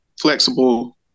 flexible